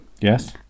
Yes